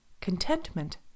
Contentment